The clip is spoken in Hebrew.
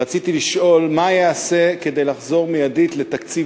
רציתי לשאול: מה ייעשה כדי לחזור לתקציב